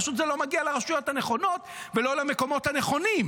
פשוט זה לא מגיע לרשויות המקומיות ולא למקומות הנכונים.